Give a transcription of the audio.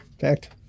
fact